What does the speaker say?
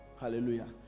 Hallelujah